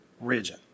region